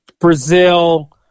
Brazil